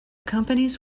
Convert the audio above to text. companies